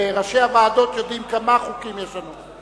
וראשי הוועדות יודעים כמה חוקים יש לנו.